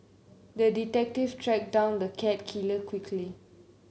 the detective tracked down the cat killer quickly